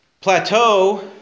plateau